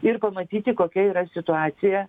ir pamatyti kokia yra situacija